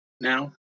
now